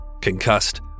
Concussed